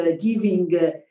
giving